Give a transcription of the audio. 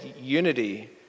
unity